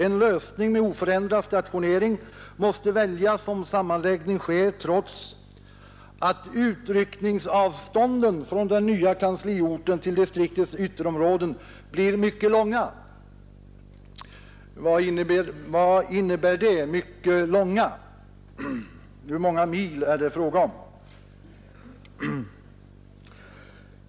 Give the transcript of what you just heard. En lösning med oförändrad stationering måste väljas om sammanläggning sker trots att utryckningsavstånden från den nya kansliorten till distriktets ytterområden blir mycket långa. Vad innebär ”mycket långa”? Hur många mil är det fråga om?